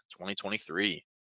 2023